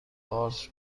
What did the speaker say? قارچ